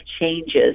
changes